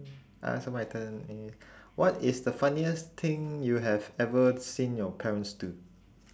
I ask ah my turn okay what is the funniest thing you have ever seen your parents do